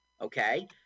okay